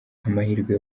amahirwe